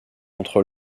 entre